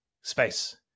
space